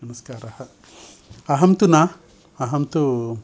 नमस्कारः अहं तु न अहं तु